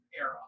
era